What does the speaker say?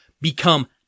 become